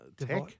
Tech